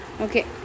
Okay